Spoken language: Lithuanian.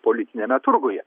politiniame turguje